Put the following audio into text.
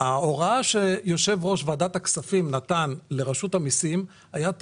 ההוראה שיושב-ראש ועדת הכספים נתן לרשות המסים הייתה,